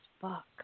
fuck